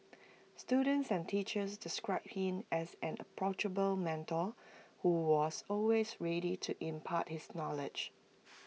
students and teachers described him as an approachable mentor who was always ready to impart his knowledge